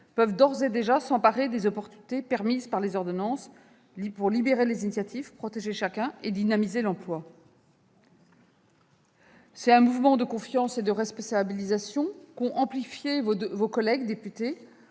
peuvent d'ores et déjà s'emparer des opportunités permises par les ordonnances pour libérer les initiatives, protéger chacun et dynamiser l'emploi. C'est ce mouvement de confiance et de responsabilisation qu'ont amplifié vos collègues députés,